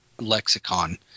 lexicon